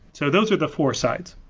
so those are the four sides.